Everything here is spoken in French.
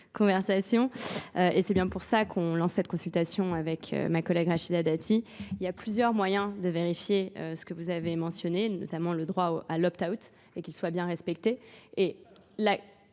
c'est bien pour ça qu'on lance cette consultation avec ma collègue Rachida Dati. Il y a plusieurs moyens de vérifier ce que vous avez mentionné, notamment le droit à l'optaut et qu'il soit bien respecté.